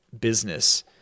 business